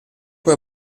cui